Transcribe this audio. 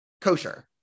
kosher